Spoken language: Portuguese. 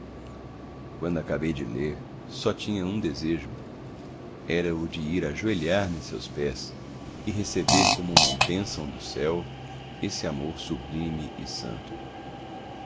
quando acabei de ler só tinha um desejo era o de ir ajoelhar me a seus pés e receber como uma bênção do céu esse amor sublime e santo